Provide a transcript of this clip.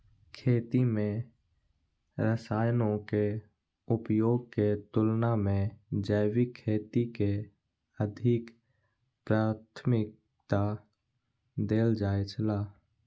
खेती में रसायनों के उपयोग के तुलना में जैविक खेती के अधिक प्राथमिकता देल जाय छला